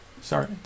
Sorry